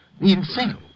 Insane